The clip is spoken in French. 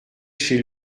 chez